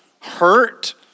hurt